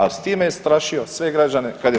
A s time je strašio sve građane kad je